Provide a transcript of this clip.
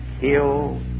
kill